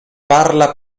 parla